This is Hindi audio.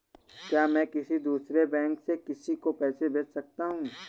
क्या मैं किसी दूसरे बैंक से किसी को पैसे भेज सकता हूँ?